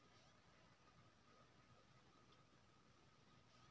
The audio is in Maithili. कोबी उगाबै के लेल कोन माटी अच्छा होय है?